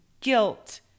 guilt